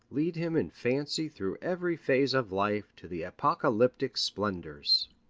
lead him in fancy through every phase of life to the apocalyptic splendors.